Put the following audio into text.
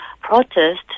protest